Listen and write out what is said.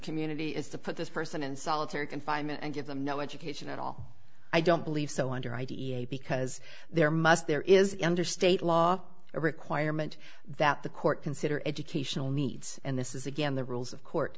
community is to put this person in solitary confinement and give them no education at all i don't believe so under ideal because there must there is under state law a requirement that the court consider educational needs and this is again the rules of